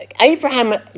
Abraham